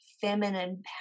feminine